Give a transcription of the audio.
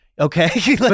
Okay